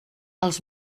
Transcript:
els